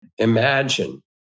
Imagine